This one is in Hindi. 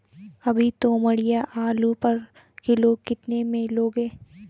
अभी तोमड़िया आलू पर किलो कितने में लोगे?